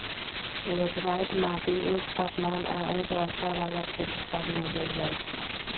laterite माटि उच्च तापमान आऽ उच्च वर्षा वला क्षेत्र सभ में भेंट जाइ छै